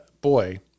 boy